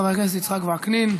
חבר הכנסת יצחק וקנין.